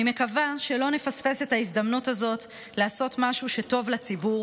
אני מקווה שלא נפספס את ההזדמנות הזאת לעשות משהו שטוב לציבור